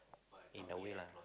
in a way lah